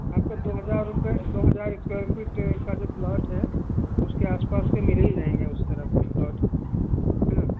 आप का दो हज़ार रुपये दो हज़ार स्क्वायर फीट का जो प्लॉट है उसके आस पास के मिल ही जाएंगे उस तरफ़ तो प्लॉट है ना